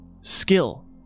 skill